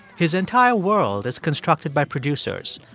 his entire world is constructed by producers.